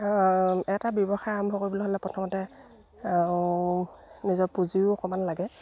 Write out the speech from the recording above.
এটা ব্যৱসায় আৰম্ভ কৰিবলৈ হ'লে প্ৰথমতে নিজৰ পুঁজিও অকণমান লাগে